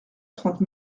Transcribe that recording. trente